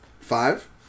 five